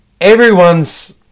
everyone's-